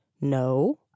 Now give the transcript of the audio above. no